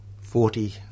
Forty